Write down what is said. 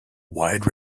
wide